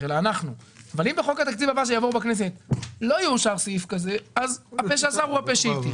אלא אנחנו נעביר לא יאושר סעיף הזה אז הפה שאסר הוא הפה שהתיר.